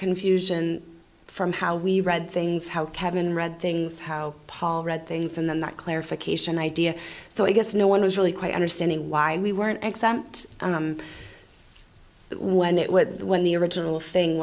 confusion from how we read things how kevin read things how paul read things and then that clarification idea so i guess no one was really quite understanding why we weren't exempt when it with when the original thing